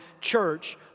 church